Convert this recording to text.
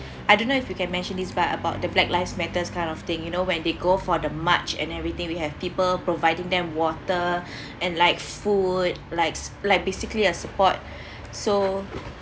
I don't know if you can mention this but about the black lives matters kind of thing you know when they go for the march and everything we have people providing them water and like food likes like basically a support so